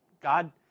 God